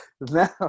Now